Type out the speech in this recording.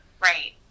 right